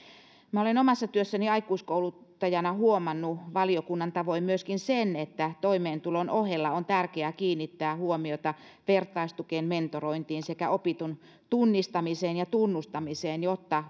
minä olen omassa työssäni aikuiskouluttajana huomannut valiokunnan tavoin myöskin sen että toimeentulon ohella on tärkeää kiinnittää huomiota vertaistukeen mentorointiin sekä opitun tunnistamiseen ja tunnustamiseen jotta